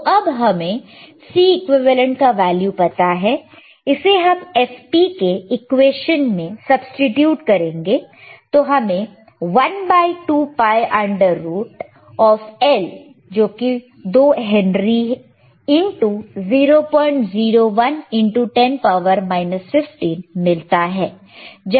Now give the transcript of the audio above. तो अब हमें Cequivalent का वैल्यू पता है इसे हम fp के इक्वेश्चन में सब्सीट्यूट करेंगे तो हमें 1 by 2 pi under root of L into 001 into 10 15 मिलता है